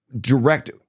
direct